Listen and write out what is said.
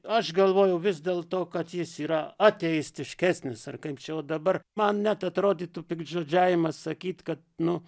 aš galvojau vis dėl to kad jis yra ateistiškesnis ar kaip čia o dabar man net atrodytų piktžodžiavimas sakyt kad nu